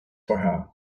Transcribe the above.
for